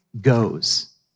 goes